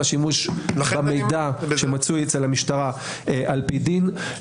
שימוש במידע שמצוי אצל המשטרה על פי דין.